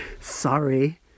Sorry